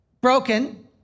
broken